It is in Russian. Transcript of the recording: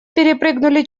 перепрыгнули